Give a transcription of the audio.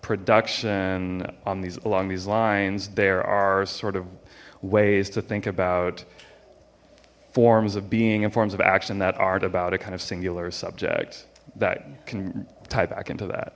production on these along these lines there are sort of ways to think about forms of being in forms of action that art about a kind of singular subject that can tie back into that